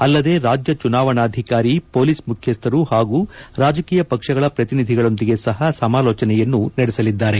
ಅಲ್ಲದೆ ರಾಜ್ಯ ಚುನಾವಣಾಧಿಕಾರಿ ಪೊಲೀಸ್ ಮುಖ್ಯಸ್ವರು ಹಲವು ರಾಜಕೀಯ ಪಕ್ಷಗಳ ಪ್ರತಿನಿಧಿಯೊಂದಿಗೆ ಸಹ ಸಮಾಲೋಚನೆಯನ್ನು ನಡೆಸಲಿದೆ